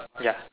ya